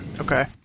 Okay